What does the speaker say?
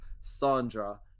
Sandra